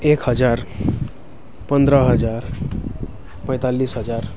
एक हजार पन्ध्र हजार पैँतालिस हजार